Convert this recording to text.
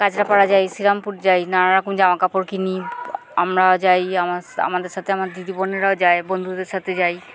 কাঁচরাপাড়া যাই শ্রীরামপুর যাই নানাারকম জামা কাপড় কিনি আমরাও যাই আমার আমাদের সাথে আমার দিদিবোনেরাও যাই বন্ধুদের সাথে যাই